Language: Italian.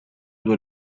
due